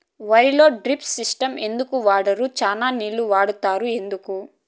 వరిలో drip system ఎందుకు వాడరు? చానా నీళ్లు వాడుతారు ఎందుకు?